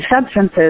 substances